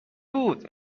بود